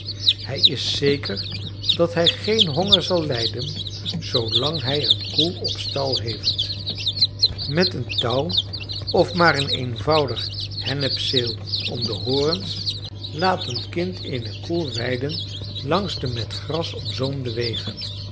hij is zeker dat hij geen honger zal lijden zoolang hij een koe op stal heeft met een touw of maar een eenvoudig hennepzeel om de horens laat een kind eene koe weiden langs de met gras omzoomde wegen